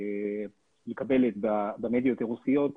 מקבלת במדיות הרוסית,